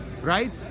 right